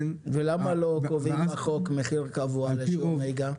למה לא קובעים בחוק מחיר קבוע לשיעור נהיגה?